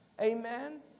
amen